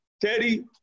Teddy